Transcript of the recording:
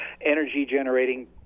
energy-generating